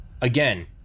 again